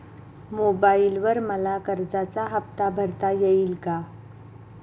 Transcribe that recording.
मोबाइलवर मला कर्जाचा हफ्ता भरता येईल का?